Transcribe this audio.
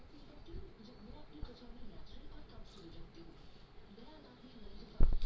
wire transfer में ग्राहक विदेश में अंतरराष्ट्रीय बैंक के फंड भेज सकलन